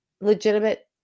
legitimate